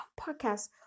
podcast